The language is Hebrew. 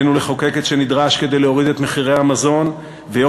עלינו לחוקק את מה שנדרש כדי להוריד את מחירי המזון ואת